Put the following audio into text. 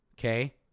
Okay